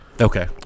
Okay